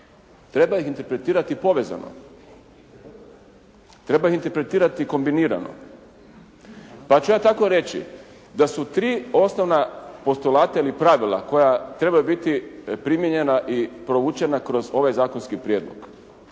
treba interpretirati povezano, treba interpretirati kombinirano. Pa ću ja tako reći da su tri osnovna postolata ili pravila koja trebaju biti primjenjena i provučena kroz ovaj zakonski prijedlog.